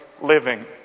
living